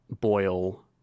boil